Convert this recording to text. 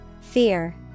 Fear